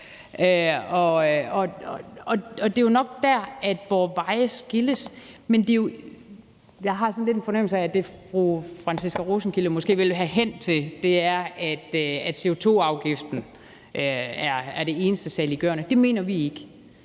Det er jo nok der, hvor vejene skilles. Jeg har sådan lidt en fornemmelse af, at det, fru Franciska Rosenkilde måske vil hen til, er, at CO2-afgiften er det eneste saliggørende. Det mener vi ikke.